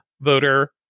voter